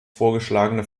vorgeschlagene